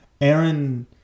Aaron